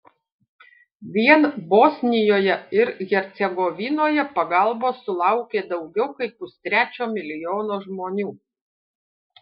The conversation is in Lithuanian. vien bosnijoje ir hercegovinoje pagalbos sulaukė daugiau kaip pustrečio milijono žmonių